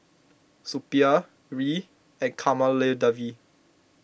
Suppiah Hri and Kamaladevi